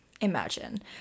Imagine